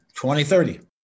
2030